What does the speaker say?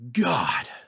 God